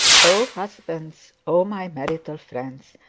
oh, husbands, oh, my marital friends,